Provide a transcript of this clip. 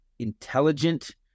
intelligent